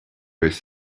his